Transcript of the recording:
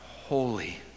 holy